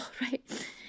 right